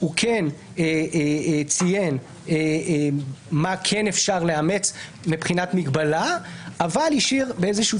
הוא כן ציין מה כן אפשר לאמץ לבחינת מגבלה אבל השאיר באיזשהו